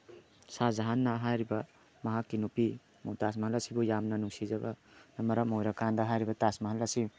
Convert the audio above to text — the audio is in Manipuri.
ꯁꯥꯍꯥ ꯖꯍꯥꯟꯅ ꯍꯥꯏꯔꯤꯕ ꯃꯍꯥꯛꯀꯤ ꯅꯨꯄꯤ ꯃꯨꯝꯇꯥꯖ ꯃꯍꯜ ꯑꯁꯤꯕꯨ ꯌꯥꯝꯅ ꯅꯨꯡꯁꯤꯖꯕꯅ ꯃꯔꯝ ꯑꯣꯏꯔꯀꯥꯟꯗ ꯍꯥꯏꯔꯤꯕ ꯇꯥꯖ ꯃꯍꯜ ꯑꯁꯤ